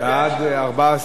(תיקון מס' 2),